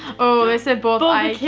oh, they said both.